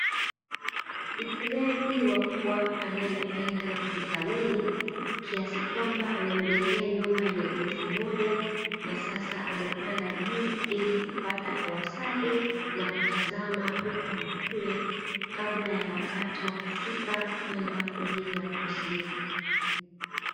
Mfugaji wa mbwa anayempenda na kumthamini kiasi kwamba amemjengea nyumba yenye ghorofa moja, na sasa amepanda juu ili kupata hewa safi na kutazama huku na kule kabla ya wakati wa kufika kwenda kulinda usiku.